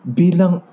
bilang